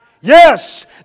Yes